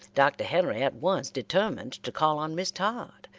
dr. henry at once determined to call on miss todd,